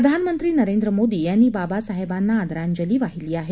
प्रधानमंत्री नरेंद्र मोदी यांनी बाबासाहेबांना आदरांजली वाहिली आहे